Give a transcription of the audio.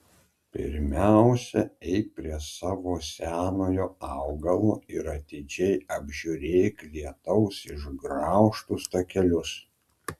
pirmiausia eik prie savo senojo augalo ir atidžiai apžiūrėk lietaus išgraužtus takelius